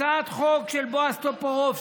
הצעת חוק של בועז טופורובסקי,